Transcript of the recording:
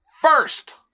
first